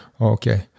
okay